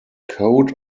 coat